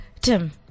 Tim